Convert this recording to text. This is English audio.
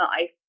life